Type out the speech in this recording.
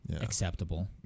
acceptable